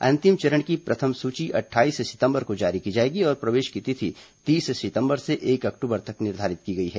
अंतिम चरण की प्रथम सूची अट्ठाईस सितंबर को जारी की जाएगी और प्रवेश की तिथि तीस सितंबर से एक अक्टूबर तक निर्धारित की गई है